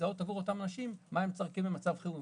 לזהות עבור אותם אנשים מה צורכיהם במצב חירום.